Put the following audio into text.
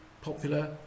popular